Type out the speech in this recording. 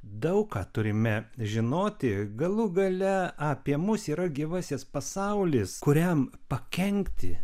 daug ką turime žinoti galų gale apie mus yra gyvasis pasaulis kuriam pakenkti